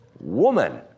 woman